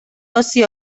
oci